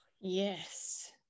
Yes